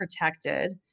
protected